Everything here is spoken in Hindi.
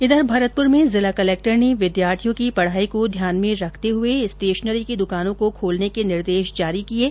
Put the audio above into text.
इधर भरतपुर में जिला कलेक्टर ने विद्यार्थियों की पढाई को ध्यान में रखते हुए स्टेशनरी की द्रकानो को खोलने के निर्देश जारी किये हैं